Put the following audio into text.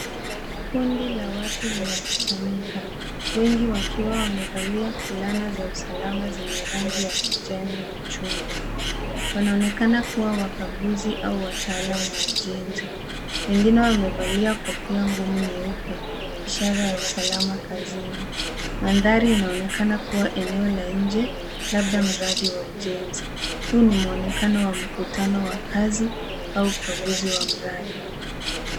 Kundi la watu limekusanyika wengi wakiwa wamevalia fulana za usalama zenye rangi ya kijani na chungwa. Wanaonekana kuwa wakaguzi au wataalamu wa ujenzi. Wengine wamevalia kofia ngumu nyeupe, ishara ya usalama kazini. Mandhari inaonekana kuwa eneo la nje labda mradi wa ujenzi. Huu ni muonekano wa mkutano wa kazi au ukaguzi wa mradi.